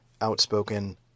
outspoken